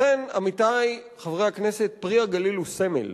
לכן, עמיתי חברי הכנסת, "פרי הגליל" הוא סמל.